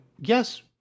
yes